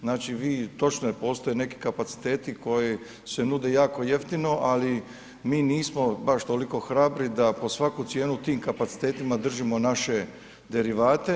Znači vi, točno je, postoje neki kapaciteti koji se nude jako jeftino, ali mi nismo baš toliko hrabri da pod svaku cijenu tim kapacitetima držimo naše derivate.